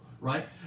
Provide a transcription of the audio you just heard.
right